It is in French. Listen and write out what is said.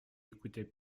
écoutait